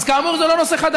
אז כאמור, זה לא נושא חדש.